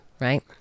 right